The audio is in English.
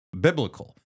biblical